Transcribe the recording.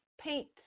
paint